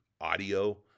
audio